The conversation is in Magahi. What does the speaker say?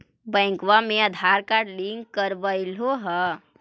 बैंकवा मे आधार कार्ड लिंक करवैलहो है?